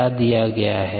क्या दिया गया है